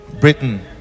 Britain